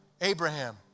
Abraham